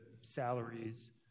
salaries